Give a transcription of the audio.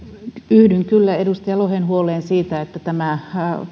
yhdyn kyllä edustaja lohen huoleen siitä että tämä